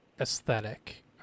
aesthetic